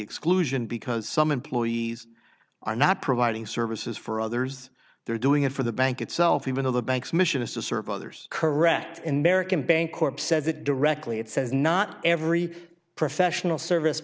exclusion because some employees are not providing services for others they're doing it for the bank itself even though the banks mission is to serve others correct in merican bancorp says it directly it says not every professional service